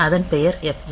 அதன் பெயர் F0